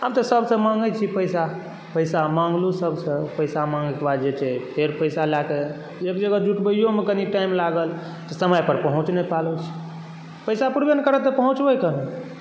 हम तऽ सभसॅं मांगै छी पैसा पैसा मंगलहुँ सभसँ पैसा माँगऽ के बाद जे छै से फेर पैसा लऽके एक जगह जुटबैयोमे कनि टाइम लागल तऽ समय पर पहुँच नहि पाबै छी पैसा पुरबे नहि करत तऽ पहुँचबै केना